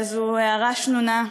באיזו הערה שנונה.